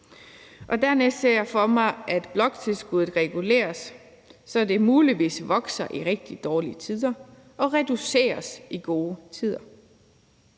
Dernæst ser jeg for mig, at bloktilskuddet reguleres, så det muligvis vokser i rigtig dårlige tider og reduceres i gode tider.